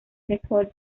record